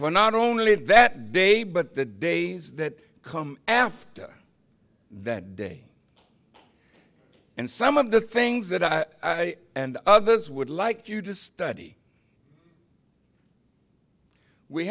for not only that day but the days that come after that day and some of the things that i and others would like you to study we